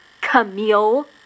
Camille